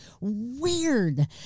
weird